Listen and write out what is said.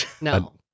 no